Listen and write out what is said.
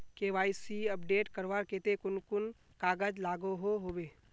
KYC update करवार केते कुन कुन कागज लागोहो होबे?